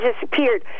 disappeared